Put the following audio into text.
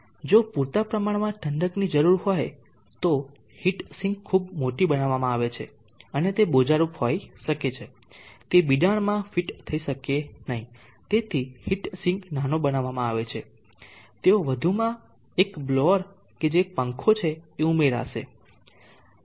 જો પૂરતા પ્રમાણમાં ઠંડકની જરૂર હોય તો હીટ સિંક ખૂબ મોટી બનાવવામાં આવે છે અને તે બોજારૂપ હોઈ શકે છે તે બિડાણમાં ફિટ થઈ શકશે નહીં તેથી હીટ સિંક નાનો બનાવવામાં આવે છે તેઓ વધુમાં એક બ્લોઅર જે એક પંખો છે એ ઉમેરાશે આવું કંઈક